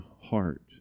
heart